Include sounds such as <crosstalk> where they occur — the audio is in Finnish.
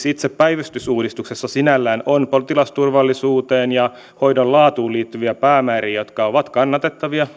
<unintelligible> itse päivystysuudistuksessa osassa tätä uudistusta sinällään on potilasturvallisuuteen ja hoidon laatuun liittyviä päämääriä jotka ovat kannatettavia